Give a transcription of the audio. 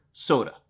Soda